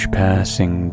passing